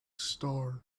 star